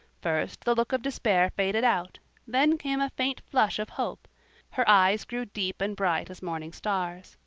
first the look of despair faded out then came a faint flush of hope her eyes grew deep and bright as morning stars.